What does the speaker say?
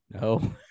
No